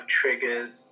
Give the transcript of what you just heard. triggers